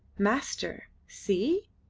master, see?